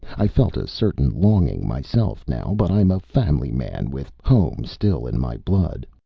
i felt a certain longing myself now. but i'm a family man, with home still in my blood.